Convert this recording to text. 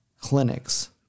clinics